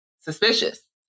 suspicious